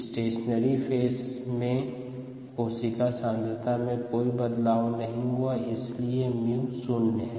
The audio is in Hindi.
स्टेशनरी फेज में कोशिका सांद्रता में कोई बदलाव नहीं होता है इसलिए 𝜇 शून्य है